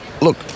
Look